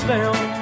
Down